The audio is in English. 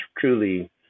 truly